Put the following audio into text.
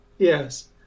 Yes